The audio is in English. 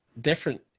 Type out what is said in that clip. different